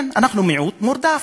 כן, אנחנו מיעוט נרדף.